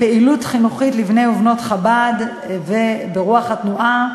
פעילות חינוכית לבני ובנות חב"ד ברוח התנועה.